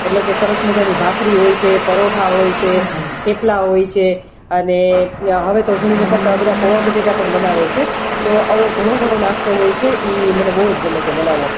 એટલે કે સરસ મજાની ભાખરી હોય છે પરોઠા હોય છે થેપલા હોય છે અને હવે તો ઘણી વખત બધા પૌવા બટાકા પણ બનાવે છે તો આવો ઘણો ઘણો નાસ્તો હોય છે એ મને બહુ જ ગમે છે બનાવવો